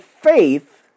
faith